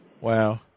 Wow